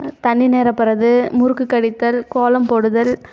தண்ணி நிரப்பறது முறுக்கு கடித்தல் கோலம் போடுதல்